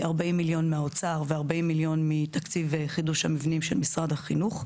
40 מיליון מהאוצר ו-40 מיליון מתקציב חידוש המבנים של משרד החינוך.